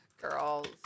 Girls